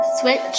Switch